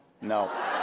No